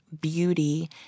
Beauty